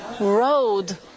road